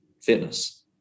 fitness